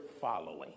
following